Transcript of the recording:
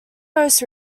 most